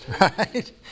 right